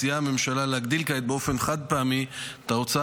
מציעה הממשלה להגדיל כעת באופן חד-פעמי את ההוצאה